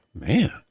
Man